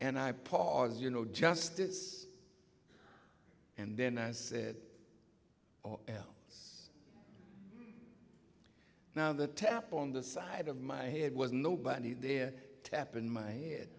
and i pause you know justice and then i said yes now the tap on the side of my head was nobody there tap in my head